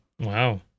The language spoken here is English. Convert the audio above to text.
Wow